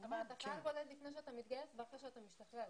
אבל אתה חייל בודד לפני שאתה מתגייס ואחרי שאתה משתחרר.